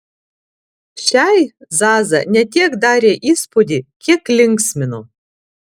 šiai zaza ne tiek darė įspūdį kiek linksmino